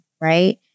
right